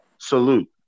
salute